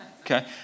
Okay